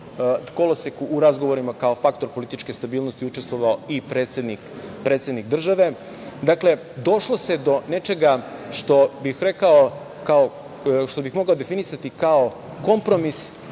koloseku u razgovorima kao faktor političke stabilnosti učestvovao i predsednik države. Dakle, došlo se nečega što bih rekao, kao što mogao definisati, kao kompromis